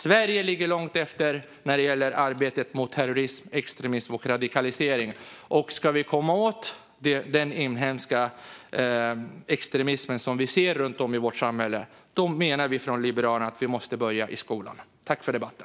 Sverige ligger långt efter när det gäller arbetet mot terrorism, extremism och radikalisering. Ska vi komma åt den inhemska extremism som vi ser runt om i vårt samhälle måste vi, menar Liberalerna, börja i skolan. Tack för debatten!